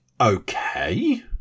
Okay